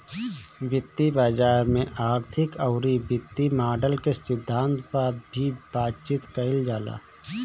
वित्तीय बाजार में आर्थिक अउरी वित्तीय मॉडल के सिद्धांत पअ भी बातचीत कईल जाला